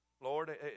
Lord